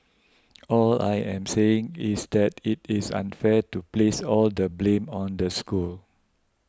all I am saying is that it is unfair to place all the blame on the school